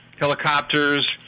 helicopters